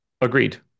agreed